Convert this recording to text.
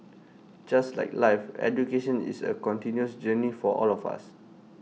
just like life education is A continuous journey for all of us